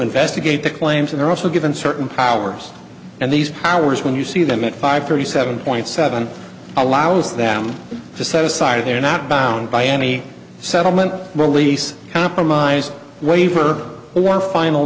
investigate the claims and they're also given certain powers and these powers when you see them at five thirty seven point seven allows them to set aside if they are not bound by any settlement release compromise waiver or final